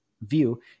view